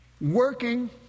Working